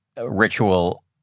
ritual